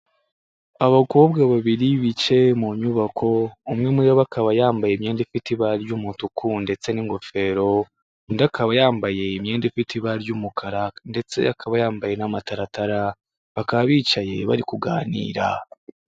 Abakobwa babiri bicaye mu nyubako, umwe muri bo akaba yambaye imyenda ifite ibara ry'umutuku ndetse n'ingofero, undi akaba yambaye imyenda ifite ibara ry'umukara ndetse akaba yambaye n'amataratara, bakaba bicaye bari kuganira.